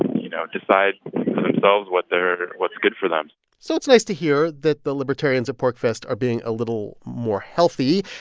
you know, decide for themselves what they're what's good for them so it's nice to hear that the libertarians at porcfest are being a little more healthy.